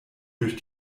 durch